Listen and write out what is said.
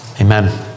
Amen